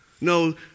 no